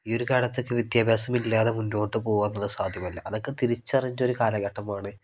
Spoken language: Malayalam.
ഈ ഒരു കാലത്തേക്ക് വിദ്യാഭ്യാസം ഇല്ലാതെ മുന്നോട്ട് പോവുക എന്നുള്ളത് സാധ്യമല്ല അതൊക്കെ തിരിച്ചറിഞ്ഞ ഒരു കാലഘട്ടമാണ്